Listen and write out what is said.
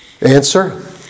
Answer